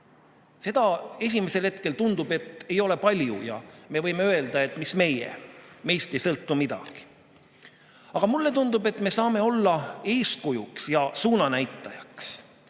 Esimesel hetkel tundub, et seda ei ole palju ja me võime öelda, et mis nüüd meie, meist ei sõltu midagi. Aga mulle tundub, et me saame olla eeskujuks ja suunanäitajaks. Nägin